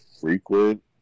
frequent